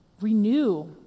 Renew